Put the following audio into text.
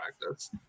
practice